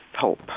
hope